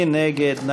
מי נגד?